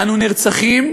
אנו נרצחים